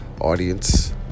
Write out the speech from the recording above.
audience